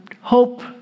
hope